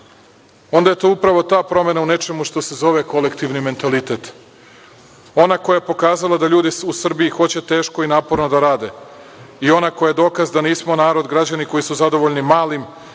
onda je to upravo ta promena u nečemu što se zove kolektivni mentalitet, ona koja je pokazala da ljudi u Srbiji hoće teško i naporno da rade i ona koja je dokaz da nismo narod, građani koji su zadovoljni malim,